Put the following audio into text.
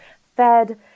Fed